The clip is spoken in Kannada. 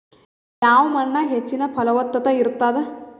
ಯಾವ ಮಣ್ಣಾಗ ಹೆಚ್ಚಿನ ಫಲವತ್ತತ ಇರತ್ತಾದ?